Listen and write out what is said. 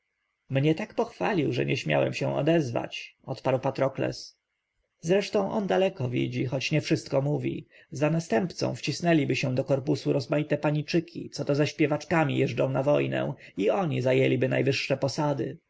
mnie tak pochwalił że nie śmiałem się odezwać odparł patrokles zresztą on daleko widzi choć nie wszystko mówi za następcą wcisnęliby się do korpusu rozmaite paniczyki co to ze śpiewaczkami jeżdżą na wojnę i oni zajęliby najwyższe posady